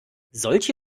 solche